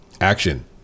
action